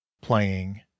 playing